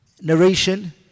narration